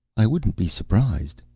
i wouldn't be surprised,